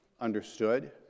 understood